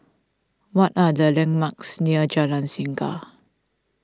what are the landmarks near Jalan Singa